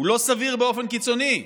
הוא לא סביר באופן קיצוני.